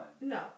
no